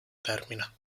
termina